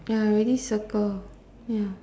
ya ya I already circle ya